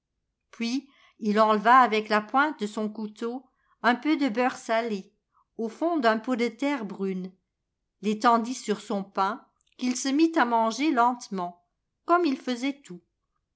puis il enleva avec la pointe de son couteau un peu de beurre salé au fond d'un pot de terre brune retendit sur son pain qu'il se mit à manger lentement comme il faisait tout